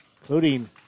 including